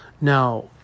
now